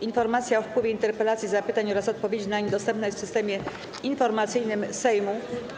Informacja o wpływie interpelacji, zapytań oraz odpowiedzi na nie dostępna jest w Systemie Informacyjnym Sejmu.